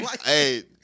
Hey